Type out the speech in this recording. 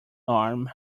arm